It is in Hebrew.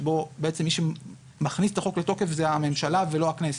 שבו מי שמכניס את החוק לתוקף זה הממשלה ולא הכנסת.